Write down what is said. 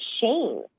shame